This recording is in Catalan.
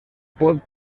pot